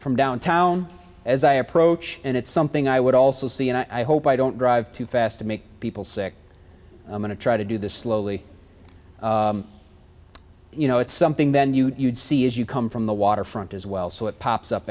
from downtown as i approach and it's something i would also see and i hope i don't drive too fast to make people sick i'm going to try to do this slowly you know it's something then you'd see as you come from the waterfront as well so it pops up